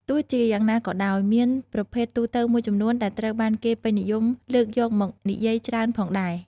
ទោះជាយ៉ាងណាក៏ដោយ មានប្រភេទទូទៅមួយចំនួនដែលត្រូវបានគេពេញនិយមលើកយកមកនិយាយច្រើនផងដែរ។